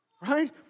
right